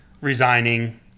resigning